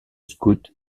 scouts